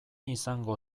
izango